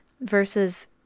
versus